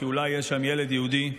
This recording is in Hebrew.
כי אולי יש שם ילד יהודי.